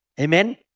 Amen